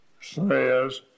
says